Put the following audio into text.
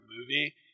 movie